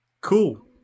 cool